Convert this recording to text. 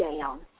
down